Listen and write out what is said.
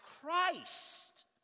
Christ